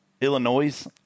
Illinois